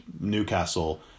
Newcastle